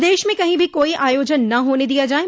प्रदेश में कही भी कोई आयोजन न होने दिया जाये